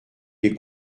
des